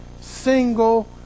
single